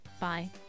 Bye